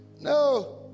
No